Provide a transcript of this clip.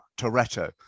Toretto